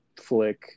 flick